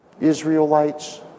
Israelites